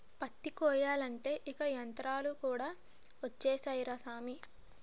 పత్తి కొయ్యాలంటే ఇంక యంతరాలు కూడా ఒచ్చేసాయ్ రా సామీ